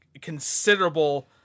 considerable